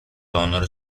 honor